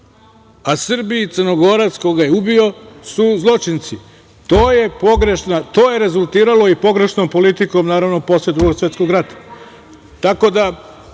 a Srbi i Crnogorac koga je ubio su zločinci. To je rezultiralo i pogrešnom politikom naravno posle Drugog svetskog rata. Tako